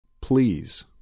Please